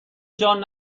جان